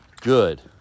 Good